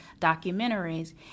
documentaries